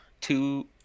two